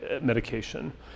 medication